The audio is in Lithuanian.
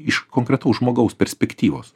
iš konkretaus žmogaus perspektyvos